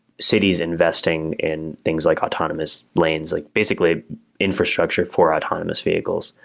cities investing in things like autonomous lanes, like basically infrastructure for autonomous vehicles,